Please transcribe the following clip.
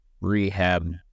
rehab